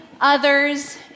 others